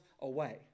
away